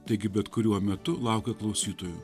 taigi bet kuriuo metu laukia klausytojų